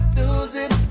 losing